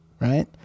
right